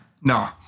No